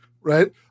right